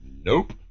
nope